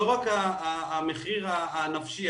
לא רק המחיר הנפשי,